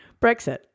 Brexit